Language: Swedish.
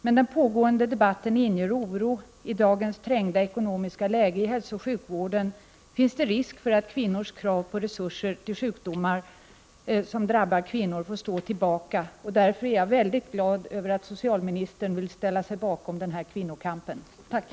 Men den pågående debatten inger oro. I dagens trängda ekonomiska läge i hälsooch sjukvården finns det risk för att kvinnors krav på resurser till sjukdomar som drabbar kvinnor får stå tillbaka. Därför är jag mycket glad för att socialministern vill ställa sig bakom denna kvinnokamp — tack!